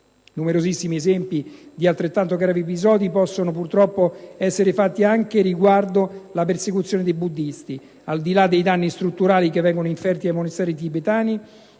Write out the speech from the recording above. Numerosissimi esempi di altrettanto gravi episodi possono purtroppo essere fatti anche riguardo la persecuzione dei buddisti. Al di là dei danni strutturali che vengono inferti ai monasteri tibetani,